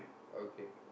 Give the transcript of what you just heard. okay